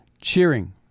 cheering